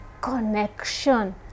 connection